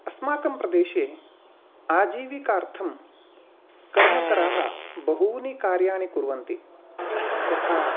अस्माकं प्रदेशे आजीविकार्थं कर्मकराः बहूनि कार्याणि कुर्वन्ति यथा